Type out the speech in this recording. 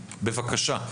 בבקשה.